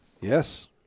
Yes